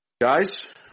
guys